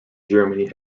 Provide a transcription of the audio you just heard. germany